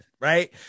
Right